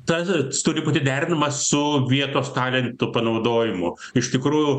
tas turi būti derinama su vietos talentų panaudojimu iš tikrųjų